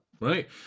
right